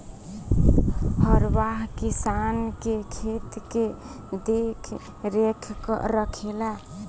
हरवाह किसान के खेत के देखरेख रखेला